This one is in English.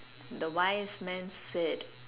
the wise man said